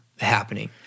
happening